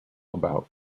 about